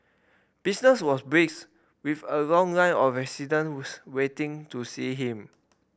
business was brisk with a long line of residents waiting to see him